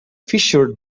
fisher